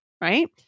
right